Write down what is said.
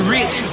Rich